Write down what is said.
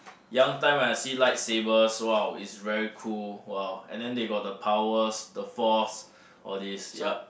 young time when I see lightsabers so !wow! it's very cool !wow! and then they got the powers the force all these yup